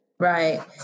Right